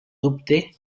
dubte